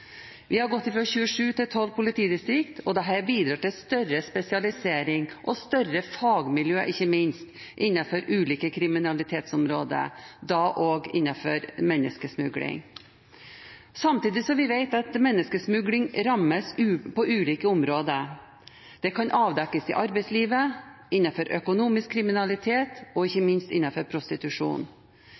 Vi har gått fra 27 til 12 politidistrikt, og dette bidrar til større spesialisering og ikke minst større fagmiljø innenfor ulike kriminalitetsområder, også innenfor området menneskesmugling. Samtidig vet vi at menneskesmugling rammer på ulike områder. Det kan avdekkes i arbeidslivet, innenfor økonomisk kriminalitet og ikke minst innenfor prostitusjon.